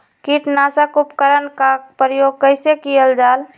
किटनाशक उपकरन का प्रयोग कइसे कियल जाल?